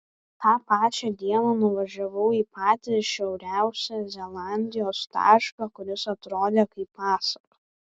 tą pačią dieną nuvažiavau į patį šiauriausią zelandijos tašką kuris atrodė kaip pasaka